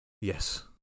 Yes